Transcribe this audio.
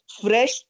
fresh